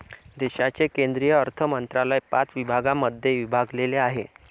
देशाचे केंद्रीय अर्थमंत्रालय पाच विभागांमध्ये विभागलेले आहे